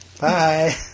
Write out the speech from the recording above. Bye